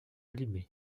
allumé